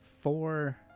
four